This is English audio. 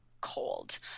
cold